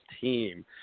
team